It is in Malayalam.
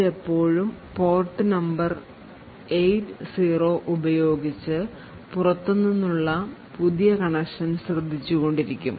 ഇത് എപ്പോഴും പോർട്ട് നമ്പർ 80 ഉപയോഗിച്ചു പുറത്തുനിന്നുള്ള ഉള്ള പുതിയ കണക്ഷൻ ശ്രദ്ധിച്ചു കൊണ്ടിരിക്കും